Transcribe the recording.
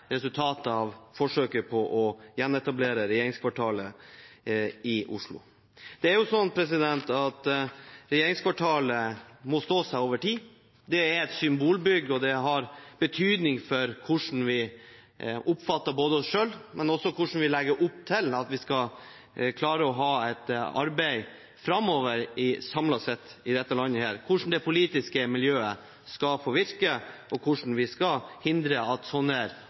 resultatet av forsøket på å gjenetablere regjeringskvartalet i Oslo. Det er sånn at regjeringskvartalet må stå seg over tid. Det er et symbolbygg. Det har betydning for både hvordan vi oppfatter oss selv, og også hvordan vi legger opp til at vi skal klare å ha et arbeid framover samlet sett i dette landet, hvordan det politiske miljøet skal få virke, og hvordan vi skal hindre at